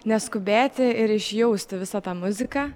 neskubėti ir išjausti visą tą muziką